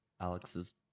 alex's